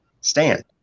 stand